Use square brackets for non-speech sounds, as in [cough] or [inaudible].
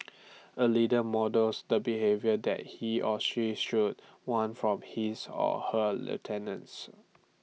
[noise] A leader models the behaviour that he or she should want from his or her lieutenants